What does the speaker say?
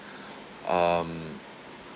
um